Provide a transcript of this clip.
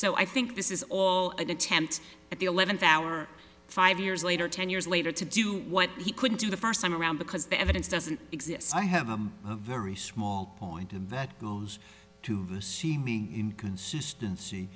so i think this is all an attempt at the eleventh hour five years later ten years later to do what he couldn't do the first time around because the evidence doesn't exist so i have a very small point that goes to the inconsistency